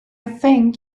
think